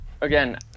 again